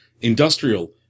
industrial